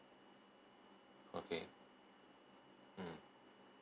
okay mmhmm